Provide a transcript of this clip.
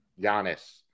Giannis